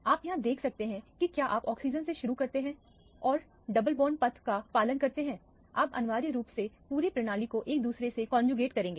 आप यहां देख सकते हैं कि क्या आप ऑक्सीजन से शुरू करते हैं और डबल बॉन्ड पथ का पालन करते हैं आप अनिवार्य रूप से पूरे प्रणाली को एक दूसरे से कौनजूगेटेड करेंगे